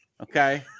okay